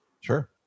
sure